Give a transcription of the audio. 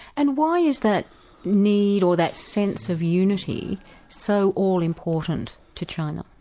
and why is that need or that sense of unity so all-important to china?